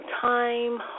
time